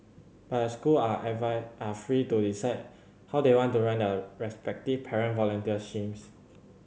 but the school are are free to decide how they want to run their respective parent volunteer schemes